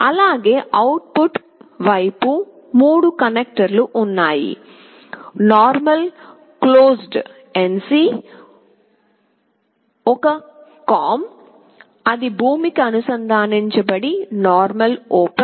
అలాగే output వైపు 3 కనెక్టర్లు ఉన్నాయి నార్మల్ క్లోస్డ్ ఒక కామన్ ఇది భూమికి అనుసంధానించబడిన నార్మల్ ఓపెన్